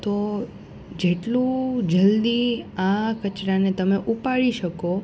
તો જેટલું જલ્દી આ કચરાને તમે ઉપાડી શકો